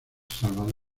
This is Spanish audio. salvador